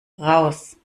raus